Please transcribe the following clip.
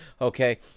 okay